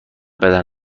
بدن